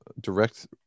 direct